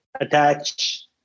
attach